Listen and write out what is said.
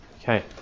Okay